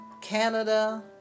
Canada